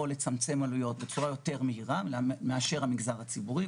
להעלות או לצמצם בצורה יותר מהירה מאשר המגזר הציבורי,